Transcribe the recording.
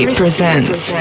presents